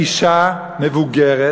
אישה מבוגרת